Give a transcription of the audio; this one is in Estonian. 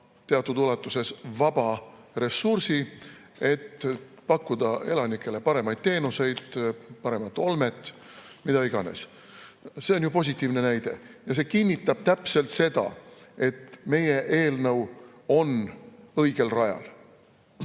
teatud ulatuses vaba ressursi, et pakkuda elanikele paremaid teenuseid, paremat olmet, mida iganes. See on ju positiivne näide. Ja see kinnitab täpselt seda, et meie eelnõu on õigel rajal.Me